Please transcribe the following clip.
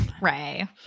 Ray